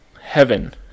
heaven